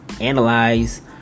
analyze